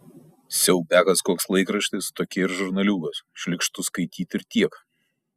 siaubiakas koks laikraštis tokie ir žurnaliūgos šlykštu skaityt ir tiek